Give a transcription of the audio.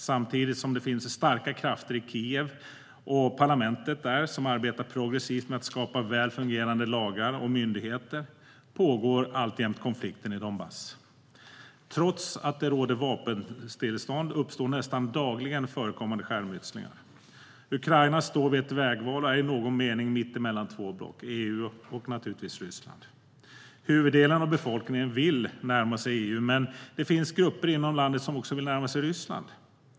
Samtidigt som det finns starka krafter i Kiev och i parlamentet som arbetar progressivt med att skapa väl fungerande lagar och myndigheter pågår alltjämt konflikten i Donbass. Trots att det råder vapenstillestånd förekommer nästan dagligen skärmytslingar. Ukraina står vid ett vägval och är i någon mening mitt emellan två block - EU och naturligtvis Ryssland. Huvuddelen av befolkningen vill närma sig EU, men det finns grupper inom landet som vill närma sig Ryssland också.